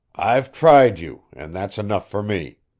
i've tried you, and that's enough for me.